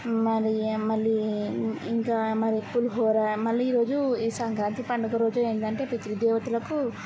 మరియా మళ్ళీ ఇంకా మరి పులిహోర మళ్ళీ ఈ రోజూ ఈ సంక్రాంతి పండగ రోజు ఏంటంటే పితృదేవతలకు